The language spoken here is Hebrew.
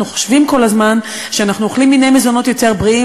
אנחנו חושבים כל הזמן שאנחנו אוכלים מיני מזונות יותר בריאים.